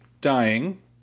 dying